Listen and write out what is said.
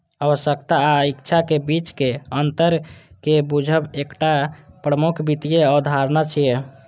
आवश्यकता आ इच्छाक बीचक अंतर कें बूझब एकटा प्रमुख वित्तीय अवधारणा छियै